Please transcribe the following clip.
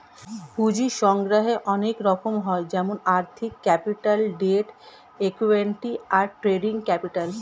পুঁজির সংগ্রহের অনেক রকম হয় যেমন আর্থিক ক্যাপিটাল, ডেট, ইক্যুইটি, আর ট্রেডিং ক্যাপিটাল